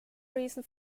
reason